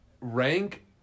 rank